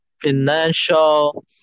financial